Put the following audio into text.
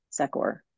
Secor